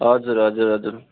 हजुर हजुर हजुर